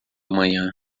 manhã